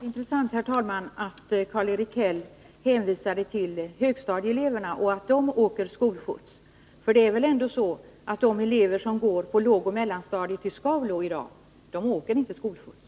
Herr talman! Det var intressant att Karl-Erik Häll hänvisade till att högstadieeleverna åker skolskjuts. För det är väl ändå så att eleverna på lågoch mellanstadiet i Skaulo i dag inte åker skolskjuts.